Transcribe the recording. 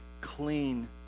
clean